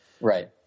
Right